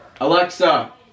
Alexa